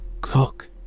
cook